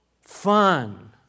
fun